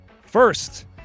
first